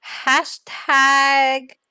hashtag